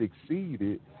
succeeded